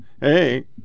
Hey